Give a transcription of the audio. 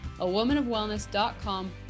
awomanofwellness.com